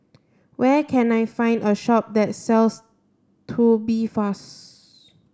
where can I find a shop that sells Tubifast